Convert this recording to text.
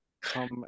Come